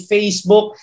Facebook